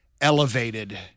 elevated